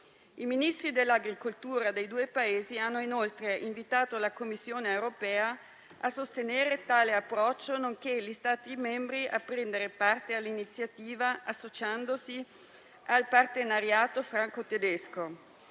I Ministri dell'agricoltura dei due Paesi hanno invitato, inoltre, la Commissione europea a sostenere tale approccio, nonché gli Stati a prendere parte all'iniziativa associandosi al partenariato franco-tedesco.